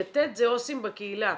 יתד זה עו"סים בקהילה,